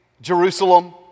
Jerusalem